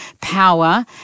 power